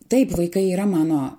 taip vaikai yra mano